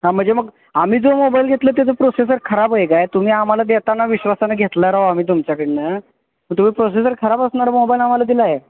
हां म्हणजे मग आम्ही जो मोबाईल घेतलं त्याचं प्रोसेसर खराब आहे काय तुम्ही आम्हाला देताना विश्वासानं घेतला राव आम्ही तुमच्याकडून तुम्ही प्रोसेसर खराब असणारा मोबाईल आम्हाला दिला आहे